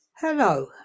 Hello